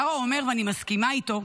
קארה אומר, ואני מסכימה איתו: